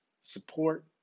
support